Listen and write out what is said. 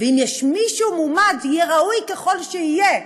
ואם יש מישהו מועמד, יהיה ראוי ככל שיהיה,